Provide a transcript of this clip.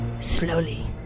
Slowly